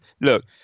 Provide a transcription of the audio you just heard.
look